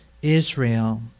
Israel